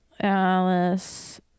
Alice